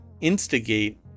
instigate